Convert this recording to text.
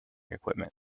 equipment